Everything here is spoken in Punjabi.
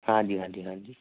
ਹਾਂਜੀ ਹਾਂਜੀ ਹਾਂਜੀ